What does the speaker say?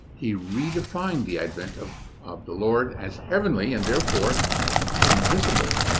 he redefined the advent of of the lord as heavenly and therefore invisible.